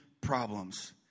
problems